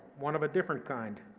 one of a different kind,